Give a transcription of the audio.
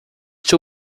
two